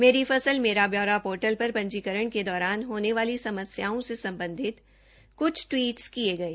मेरी फसल मेरा ब्यौरा पोर्टल पर पंजीकरण के दौरान होने वाली समस्याओं से संबंधित कुछ ट्वीट्स किए गए